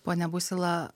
pone busila